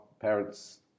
parents